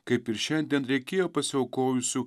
kaip ir šiandien reikėjo pasiaukojusių